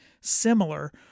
similar